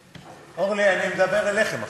אורלי, אני מדבר אליכם עכשיו.